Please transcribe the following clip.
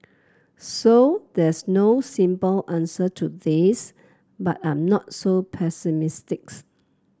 so there's no simple answer to this but I'm not so pessimistic